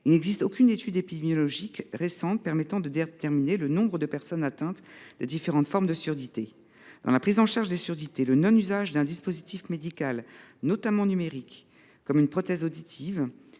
Il n’existe aucune étude épidémiologique récente permettant de déterminer le nombre de personnes atteintes des différentes formes de surdité. Dans la prise en charge des surdités, le non usage d’un dispositif médical, notamment numérique, comme une prothèse auditive,